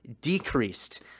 decreased